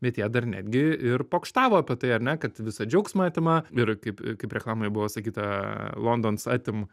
bet jie dar netgi ir pokštavo apie tai ar ne kad visą džiaugsmą atima ir kaip kaip reklamoje buvo sakyta londons atim